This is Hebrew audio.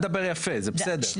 טל דבר יפה זה בסדר,